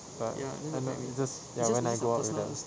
ya I'm not it's just when I go out with them